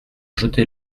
jeté